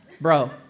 bro